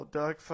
Doug